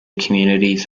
communities